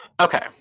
okay